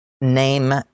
name